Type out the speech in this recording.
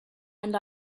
and